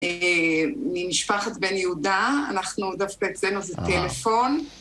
ממשפחת בן יהודה, אנחנו, דווקא אצלנו זה טלפון.